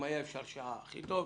אפשר היה שעה אז זה הכי טוב.